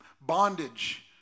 bondage